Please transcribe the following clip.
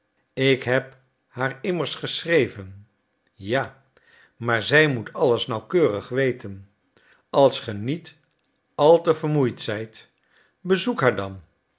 ik heb haar immers geschreven ja maar zij moet alles nauwkeurig weten als ge niet al te vermoeid zijt bezoek haar dan